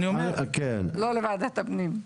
לא לוועדת הפנים.